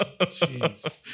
Jeez